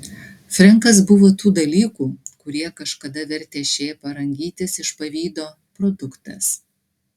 frenkas buvo tų dalykų kurie kažkada vertė šėpą rangytis iš pavydo produktas